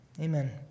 Amen